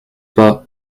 pas